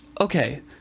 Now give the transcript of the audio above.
okay